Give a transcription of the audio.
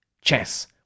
Chess